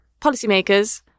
policymakers